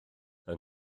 yng